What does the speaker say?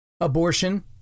Abortion